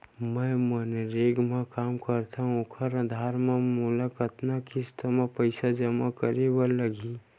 मैं मनरेगा म काम करथव, ओखर आधार म मोला कतना किस्त म पईसा जमा करे बर लगही?